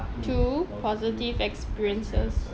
two positive experiences